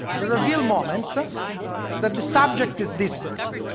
the reveal moment the the subject is this person.